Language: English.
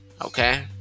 okay